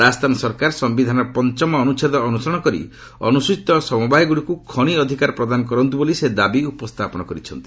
ରାଜସ୍ଥାନ ସରକାର ସମ୍ଭିଧାନର ପଞ୍ଚମ ଅନୁଚ୍ଛେଦ ଅନୁସରଣ କରି ଅନୁସୂଚିତ ସମବାୟଗୁଡ଼ିକୁ ଖଣି ଅଧିକାର ପ୍ରଦାନ କରନ୍ତୁ ବୋଲି ସେ ଦାବି ଉପସ୍ଥାପନ କରିଛନ୍ତି